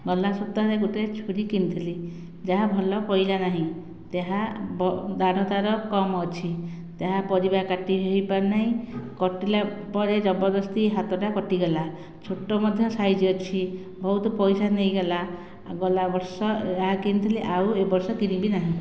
ଗଲା ସପ୍ତାହରେ ଗୋଟିଏ ଛୁରୀ କିଣିଥିଲି ଯାହା ଭଲ ପଇଲା ନାହିଁ ତାହା ଦାଢ଼ ତାର କମ୍ ଅଛି ତାହା ପରିବା କାଟି ହୋଇ ପାରୁନାହିଁ କଟିଲା ପରେ ଜବରଦସ୍ତି ହାତଟା କଟିଗଲା ଛୋଟ ମଧ୍ୟ ସାଇଜ ଅଛି ବହୁତ ପଇସା ନେଇଗଲା ଗଲା ବର୍ଷ ଏହା କିଣିଥିଲି ଆଉ ଏ ବର୍ଷ କିଣିବି ନାହିଁ